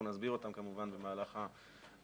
כמובן נסביר אותם במהלך ההקראה.